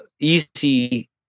easy